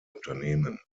unternehmens